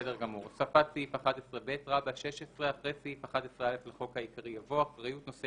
"הוספת סעיף 11ב 16. אחרי סעיף 11א לחוק העיקרי יבוא: "אחריות נושא